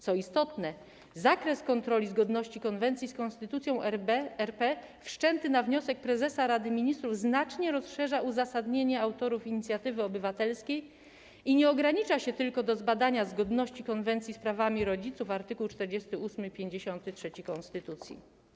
Co istotne, zakres kontroli zgodności konwencji z Konstytucja RP wszczętej na wniosek prezesa Rady Ministrów znacznie rozszerza uzasadnienie autorów inicjatywy obywatelskiej i nie ogranicza się tylko do zbadania zgodności konwencji z prawami rodziców - art. 48 i art. 53 konstytucji.